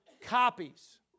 copies